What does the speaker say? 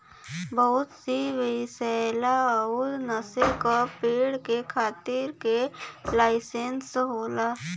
बहुत सी विसैला अउर नसे का पेड़ के खेती के लाइसेंस होला